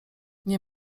nie